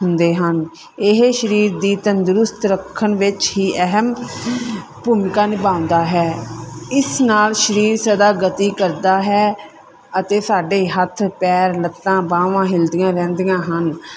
ਹੁੰਦੇ ਹਨ ਇਹ ਸਰੀਰ ਦੀ ਤੰਦਰੁਸਤ ਰੱਖਣ ਵਿੱਚ ਹੀ ਅਹਿਮ ਭੂਮਿਕਾ ਨਿਭਾਉਂਦਾ ਹੈ ਇਸ ਨਾਲ ਸਰੀਰ ਸਦਾ ਗਤੀ ਕਰਦਾ ਹੈ ਅਤੇ ਸਾਡੇ ਹੱਥ ਪੈਰ ਲੱਤਾਂ ਬਾਹਾਂ ਹਿਲਦੀਆਂ ਰਹਿੰਦੀਆਂ ਹਨ